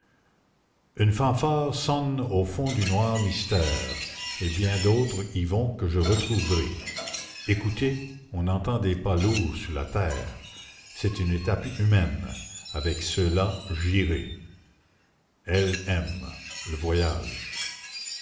une fanfare sonne au fond du noir mystère et bien d'autres y vont que je retrouverai ecoutez on entend des pas lourds sur la terre c'est une étape humaine avec ceux-là j'irai